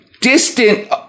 distant